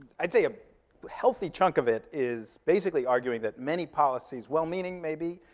i'd say a healthy chunk of it, is basically arguing that many policies, well-meaning maybe,